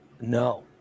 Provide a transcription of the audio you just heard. no